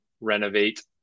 renovate